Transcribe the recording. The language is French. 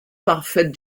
parfaite